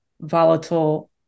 volatile